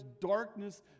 darkness